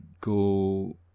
go